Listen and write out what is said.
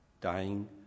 dying